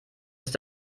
ist